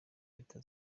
leta